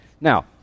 Now